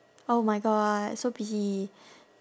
oh my god so busy